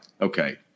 Okay